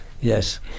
yes